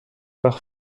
par